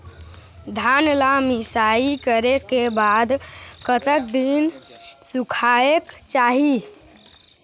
धान ला मिसाई करे के बाद कतक दिन सुखायेक चाही?